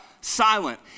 Silent